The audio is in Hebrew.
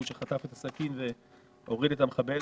חטף את הסכין והוריד את המחבל,